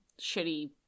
shitty